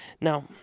Now